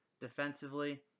defensively